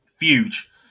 huge